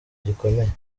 gikomeye